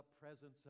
presence